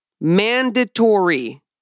mandatory